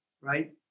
right